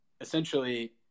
essentially